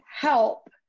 help